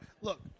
look